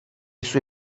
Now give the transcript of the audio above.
sue